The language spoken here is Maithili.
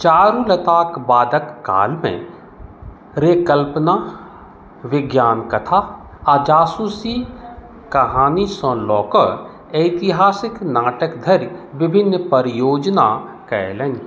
चारुलताक बादक कालमे रे कल्पना विज्ञान कथा आ जासूसी कहानीसँ लऽ कऽ ऐतिहासिक नाटक धरि विभिन्न परियोजना कयलनि